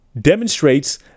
demonstrates